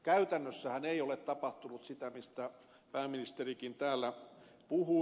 käytännössähän ei ole tapahtunut sitä mistä pääministerikin täällä puhui